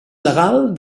legal